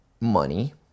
money